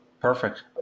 Perfect